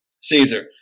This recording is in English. Caesar